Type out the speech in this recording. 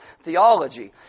theology